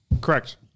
Correct